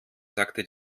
sagte